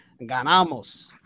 ganamos